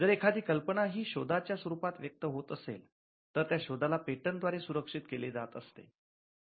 जर एखादी कल्पना ही शोधाच्या स्वरूपात व्यक्त होत असेल तर त्या शोधाला पेटंट द्वारे सुरक्षित केले जात असते